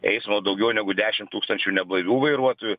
eismo daugiau negu dešim tūkstančių neblaivių vairuotojų